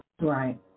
right